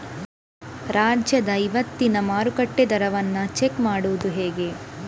ರಾಜ್ಯದ ಇವತ್ತಿನ ಮಾರುಕಟ್ಟೆ ದರವನ್ನ ಚೆಕ್ ಮಾಡುವುದು ಹೇಗೆ?